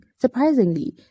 surprisingly